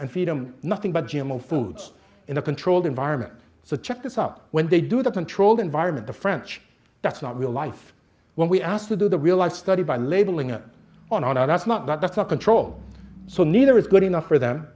and freedom nothing but g m o foods in a controlled environment so check this up when they do the controlled environment the french that's not real life when we asked to do the realized study by labeling it on our that's not that's not control so neither is good enough for them